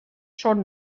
són